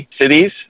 cities